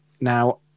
Now